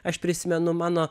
aš prisimenu mano